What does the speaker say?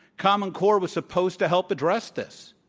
common core was supposed to help address this.